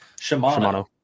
Shimano